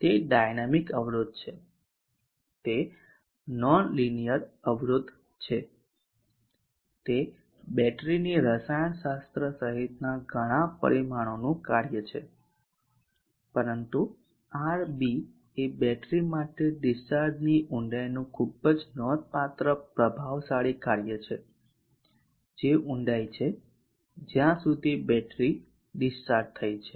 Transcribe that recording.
તે એક ડાયનામિક અવરોધ છે તે નોનલાઇનર અવરોધ છે તે બેટરીની રસાયણશાસ્ત્ર સહિતના ઘણા પરિમાણોનું કાર્ય છે પરંતુ RB એ બેટરી માટે ડીસ્ચાર્જની ઊંડાઈનું ખૂબ જ નોંધપાત્ર પ્રભાવશાળી કાર્ય છે જે ઊંડાઈ છે જ્યાં સુધી બેટરી ડિસ્ચાર્જ થઈ છે